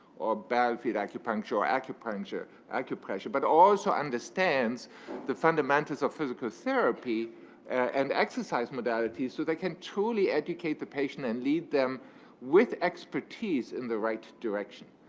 or battlefield acupuncture, or acupuncture, acupressure. but also understands the fundamentals of physical therapy and exercise modalities so they can truly educate the patient and lead them with expertise in the right direction.